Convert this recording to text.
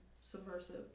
subversive